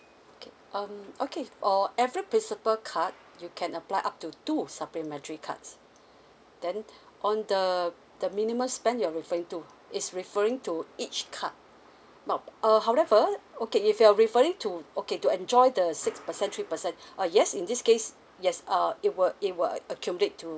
okay um okay for every principal card you can apply up to two supplementary cards then on the the minimum spend you're referring to is referring to each card now uh however okay if you're referring to okay to enjoy the six percent three percent uh yes in this case yes uh it will it will accumulate to